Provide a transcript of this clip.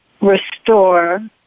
restore